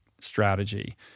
strategy